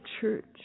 church